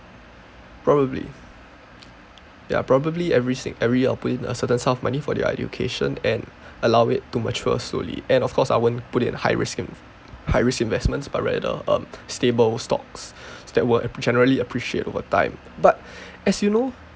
probably ya probably every sing~ every I'll put in some money for their education and allow it to mature slowly and of course I won't put it high risk high risk investments but rather um stable stocks that will generally appreciate over time but as you know